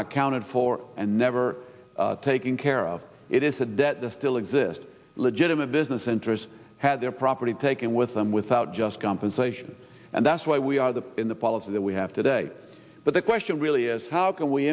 accounted for and never taking care of it is a debt that still exist legitimate business interests had their property taken with them without just compensation and that's why we are the in the policy that we have today but the question really is how can we